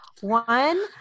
one